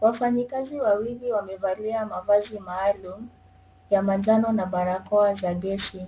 Wafanyikazi wawili wamevalia mavazi maalum ya manjano na barakoa na gesi,